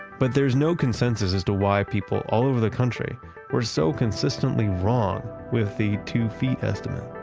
but there's no consensus as to why people all over the country were so consistently wrong with the two feet estimate